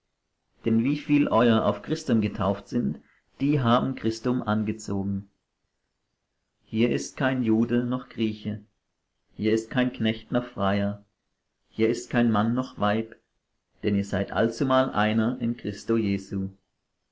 denn wieviel euer auf christum getauft sind die haben christum angezogen hier ist kein jude noch grieche hier ist kein knecht noch freier hier ist kein mann noch weib denn ihr seid allzumal einer in christo jesu